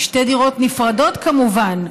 בשתי דירות נפרדות כמובן,